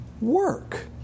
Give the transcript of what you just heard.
work